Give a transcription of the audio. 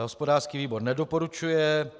Hospodářský výbor nedoporučuje.